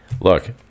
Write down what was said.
look